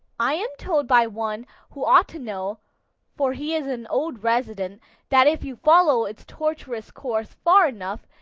i am told by one who ought to know for he is an old resident that if you follow its tortuous course far enough,